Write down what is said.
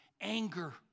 anger